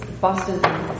Boston